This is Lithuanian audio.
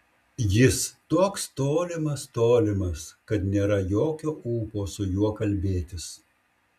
jis toks tolimas tolimas kad nėra jokio ūpo su juo kalbėtis